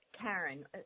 Karen